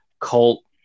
cult